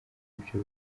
ibyo